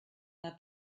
their